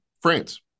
France